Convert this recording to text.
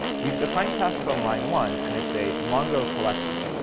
we've defined tasks on line one, and it's a mongo collection.